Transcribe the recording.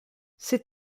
c’est